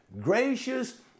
Gracious